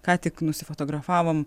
ką tik nusifotografavom